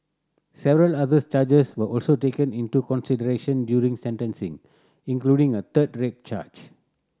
several others charges were also taken into consideration during sentencing including a third rape charge